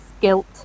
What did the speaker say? guilt